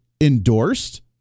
endorsed